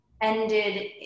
ended